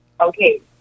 Okay